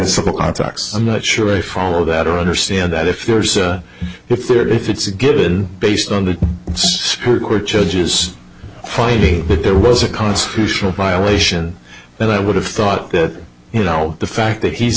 the contacts i'm not sure i follow that are understand that if there's if there if it's a good based on the court judge's finding that there was a constitutional violation then i would have thought that you know the fact that he's